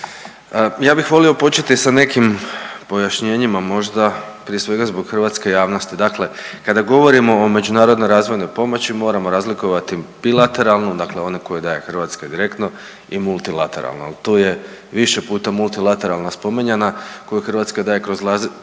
ja bih volio početi sa nekim pojašnjenjima možda prije svega zbog hrvatske javnosti. Dakle, kada govorimo o međunarodnoj razvojnoj pomoći moramo razlikovati bilateralnu dakle onu koju daje Hrvatska direktno i multilateralnu. Tu je više puta multilateralna spominjana koju Hrvatska daje kroz